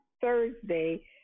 Thursday